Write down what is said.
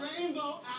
rainbow